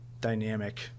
dynamic